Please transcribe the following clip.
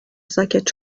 ساکت